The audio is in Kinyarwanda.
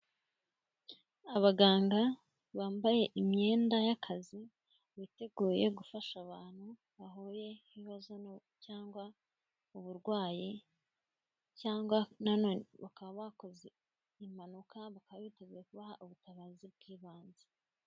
Abaganga bambaye imyenda y'akazi biteguye gufasha abantu bahuyeho n'ibibazo cyangwa uburwayi, cyangwa na none bakaba bakoze impanuka, bakaba biteguye kubaha ubutabazi bw'ibanze.